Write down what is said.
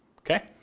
Okay